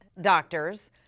doctors